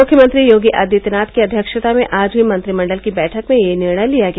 मुख्यमंत्री योगी आदित्यनाथ की अव्यक्षता में आज हयी मंत्रिमण्डल की बैठक में यह निर्णय लिया गया